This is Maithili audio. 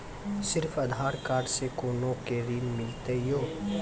सिर्फ आधार कार्ड से कोना के ऋण मिलते यो?